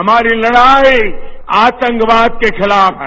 हमारी लड़ाई आतंकवाद के खिलाफ है